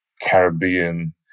Caribbean